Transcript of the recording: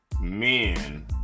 men